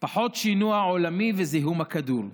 פחות שינוע עולמי וזיהום הכדור.